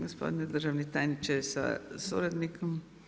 Gospodine državni tajniče sa suradnikom.